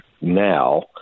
now